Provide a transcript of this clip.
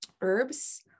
herbs